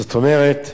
זאת אומרת,